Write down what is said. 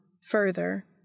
further